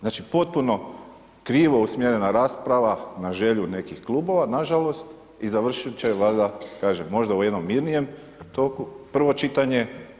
Znači, potpuno krivo usmjerena rasprava na želju nekih klubova nažalost i završit će valjda možda u jednom mirnijem toku prvo čitanje.